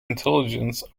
intelligence